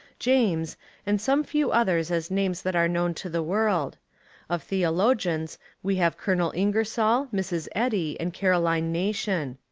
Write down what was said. james and some few others as names that are known to the world of theologians we have colonel ingersoll, mrs, eddy, and caroline nation.